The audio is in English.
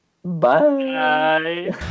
Bye